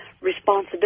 responsibility